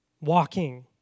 walking